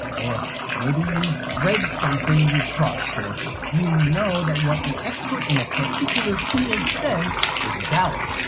or maybe you've read something you trust, or you know that what an expert in a particular field says is valid.